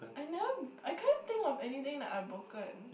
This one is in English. I never I can't think of anything that I've broken